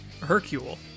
Hercule